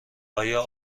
آیا